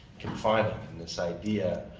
confining, and this idea